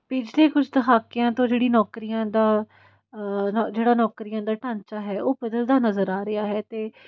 ਪਿਛਲੇ ਕੁਝ ਦਹਾਕਿਆਂ ਤੋਂ ਜਿਹੜੀ ਨੌਕਰੀਆਂ ਦਾ ਜਿਹੜਾ ਨੌਕਰੀਆਂ ਦਾ ਢਾਂਚਾ ਹੈ ਉਹ ਬਦਲਦਾ ਨਜ਼ਰ ਆ ਰਿਹਾ ਹੈ ਅਤੇ